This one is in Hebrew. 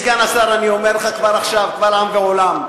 אני אומר לך כבר עכשיו, קבל עם ועולם,